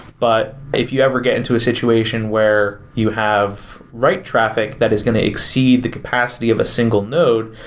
but if you ever get into a situation where you have write traffic that is going to exceed the capacity of a single node,